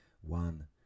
one